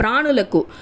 ప్రాణులకు